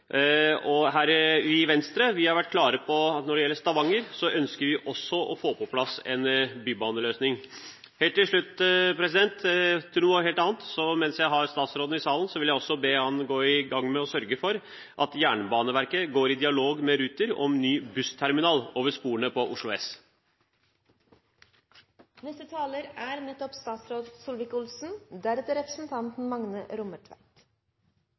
i Venstre har vært klare på at når det gjelder Stavanger, ønsker vi også å få på plass en bybaneløsning der. Helt til slutt til noe helt annet. Mens jeg har statsråden i salen, vil jeg be ham om å gå i gang med å sørge for at Jernbaneverket går i dialog med Ruter om ny bussterminal over sporene på Oslo